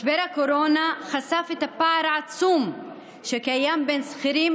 משבר הקורונה חשף את הפער העצום שקיים בין שכירים